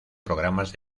programas